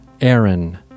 Aaron